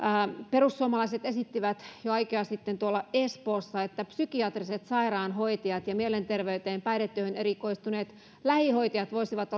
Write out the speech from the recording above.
perussuomalaiset esittivät jo aikoja sitten espoossa että psykiatriset sairaanhoitajat ja mielenterveyteen päihdetyöhön erikoistuneet lähihoitajat voisivat